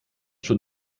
schon